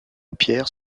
pierre